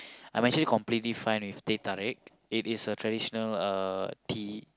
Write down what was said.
I'm actually completely fine with teh tarik it is a traditional uh tea